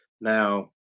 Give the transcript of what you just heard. Now